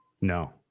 No